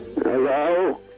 Hello